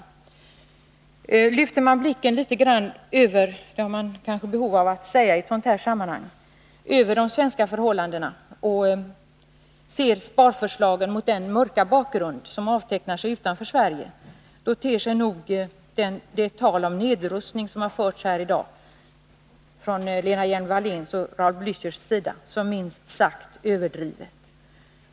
För den som lyfter blicken litet grand över de svenska förhållandena — det finns kanske behov av att säga det i ett sådant här sammanhang — och ser sparförslagen mot den mörka bakgrund som avtecknar sig utanför Sverige ter sig nog det tal om nedrustning som förts här i dag av Lena Hjelm-Wallén och Raul Blächer som minst sagt överdrivet.